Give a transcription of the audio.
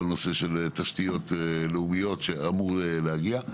על נושא של תשתיות לאומיות שאמור להגיע.